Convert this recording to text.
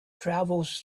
travels